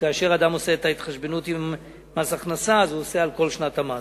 וכאשר אדם עושה את ההתחשבנות עם מס הכנסה הוא עושה אותה על כל שנת המס.